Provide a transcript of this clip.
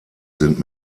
sind